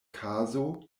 kazo